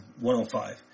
105